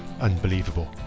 Unbelievable